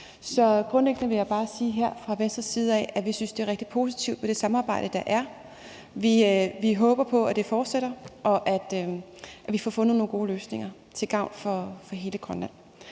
Så grundlæggende vil jeg bare sige, at vi fra Venstres side synes, det er rigtig positivt med det samarbejde, der er. Vi håber på, at det fortsætter, og at vi får fundet nogle gode løsninger til gavn for hele Grønland.